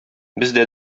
бездә